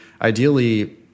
Ideally